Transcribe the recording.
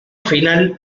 final